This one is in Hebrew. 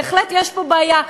בהחלט יש פה בעיה,